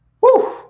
woo